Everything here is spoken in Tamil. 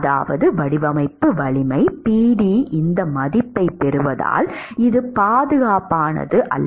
அதாவது வடிவமைப்பு வலிமை Pd இந்த மதிப்பைப் பெறுவதால் இது பாதுகாப்பானது அல்ல